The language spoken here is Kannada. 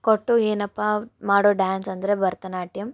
ಕೊಟ್ಟು ಏನಪ್ಪ ಮಾಡೋ ಡ್ಯಾನ್ಸ್ ಅಂದರೆ ಭರತನಾಟ್ಯಮ್